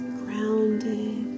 grounded